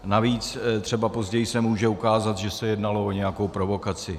Navíc třeba později se může ukázat, že se jednalo o nějakou provokaci.